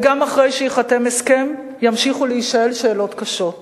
וגם אחרי שייחתם הסכם, ימשיכו להישאל שאלות קשות.